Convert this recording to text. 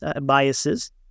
biases